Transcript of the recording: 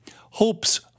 hopes